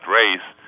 race